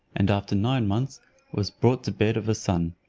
and after nine months was brought to bed of a son.